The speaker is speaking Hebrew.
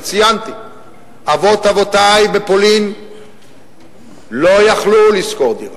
ציינתי, אבות אבותי בפולין לא יכלו לשכור דירה.